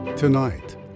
Tonight